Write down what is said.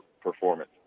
performance